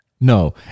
No